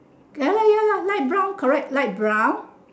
ya lah ya lah light brown correct light brown